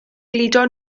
gludo